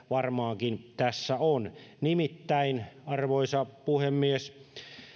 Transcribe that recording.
varmaankin tässä on nimittäin arvoisa puhemies